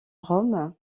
rome